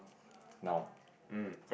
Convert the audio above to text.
now